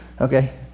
Okay